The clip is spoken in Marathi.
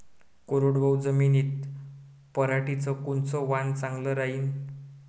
कोरडवाहू जमीनीत पऱ्हाटीचं कोनतं वान चांगलं रायीन?